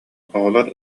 оҕолор